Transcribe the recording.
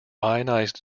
ionized